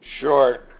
Sure